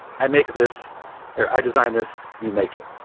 i make this, or i design this, you make it.